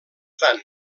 tant